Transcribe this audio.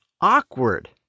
awkward